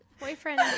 boyfriend